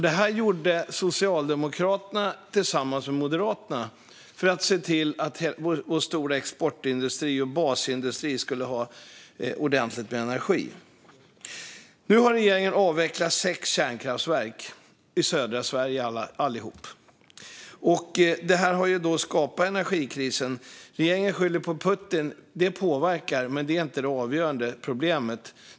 Det här gjorde Socialdemokraterna tillsammans med Moderaterna för att se till att basindustrin och vår stora exportindustri skulle ha ordentligt med energi. Nu har regeringen avvecklat sex kärnkraftverk - alla i södra Sverige. Det har skapat energikrisen, och regeringen skyller på Putin. Krisen påverkar, men han är inte det avgörande problemet.